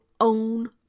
own